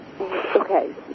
Okay